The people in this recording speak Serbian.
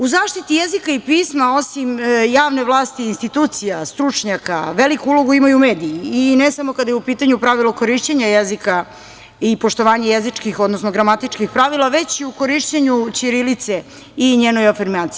U zaštiti jezika i pisma osim javne vlasti i institucija, stručnjaka, veliku ulogu imaju mediji i ne samo kada je u pitanju pravilo korišćenja jezika i poštovanje jezičkih, odnosno gramatičkih pravila, već i u korišćenju ćirilice i njenoj afirmaciji.